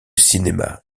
cinéma